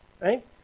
right